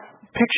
picture